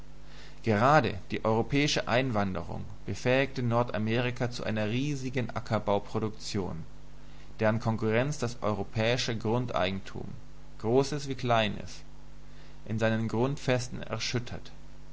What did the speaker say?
grade die europäische einwanderung befähigte nordamerika zu einer riesigen ackerbauproduktion deren konkurrenz das europäische grundeigentum großes wie kleines in seinen grundfesten erschüttert